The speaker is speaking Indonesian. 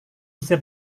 bisa